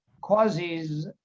causes